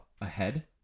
ahead